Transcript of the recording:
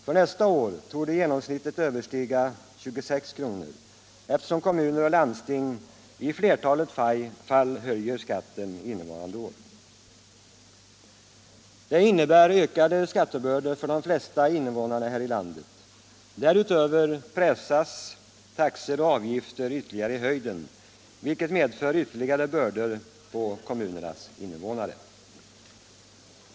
För nästa år torde genomsnittet överstiga 26 kr. eftersom kommuner och landsting i flertalet fall höjer skatten ytterligare. Detta innebär ökade skattebördor för de flesta innevånare här i landet. Därutöver pressas taxor och avgifter i höjden, vilket medför ytterligare bördor på kommunernas innevånare.